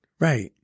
Right